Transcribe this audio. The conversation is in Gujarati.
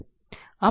આમ આ r ને હલ કરો